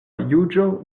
juĝo